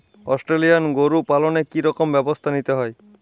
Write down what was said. Australian গরু পালনে কি রকম ব্যবস্থা নিতে হয়?